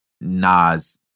Nas